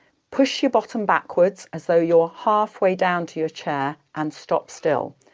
push your bottom backwards, as though you're halfway down to your chair and stop still.